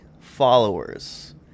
followers